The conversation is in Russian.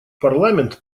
парламент